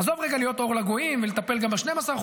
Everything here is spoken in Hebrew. עזוב רגע להיות אור לגויים ולטפל גם ב-12%,